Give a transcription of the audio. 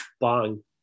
bang